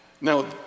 Now